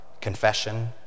confession